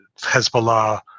Hezbollah